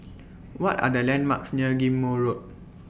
What Are The landmarks near Ghim Moh Road